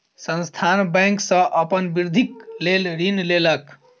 संस्थान बैंक सॅ अपन वृद्धिक लेल ऋण लेलक